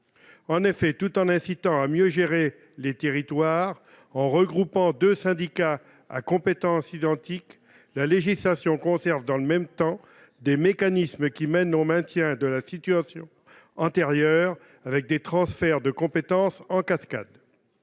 en effet tout en incitant à mieux gérer les territoires en regroupant 2 syndicats à compétences identiques, la législation conserve dans le même temps, des mécanismes qui mènent au maintien de la situation antérieure avec des transferts de compétences en cascade,